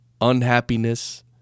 Unhappiness